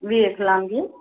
ਵੇਖ ਲਾਂਗੇ